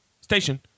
station